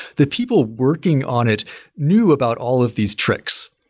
the people working on it knew about all of these tricks.